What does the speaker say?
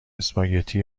اسپاگتی